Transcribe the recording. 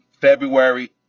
February